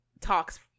talks